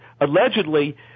allegedly